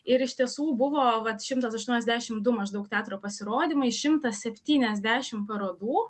ir iš tiesų buvo vat šimtas aštuoniasdešim du maždaug teatro pasirodymai šimtas septyniasdešim parodų